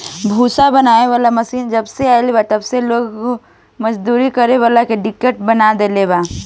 भूसा बनावे वाला मशीन जबसे आईल बा तब से लोग मजदूरी करे वाला के दिक्कत कर देले बा